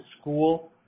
school